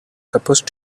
supposed